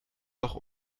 noch